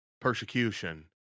persecution